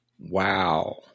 Wow